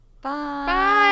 Bye